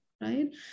right